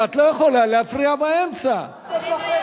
זה בסדר?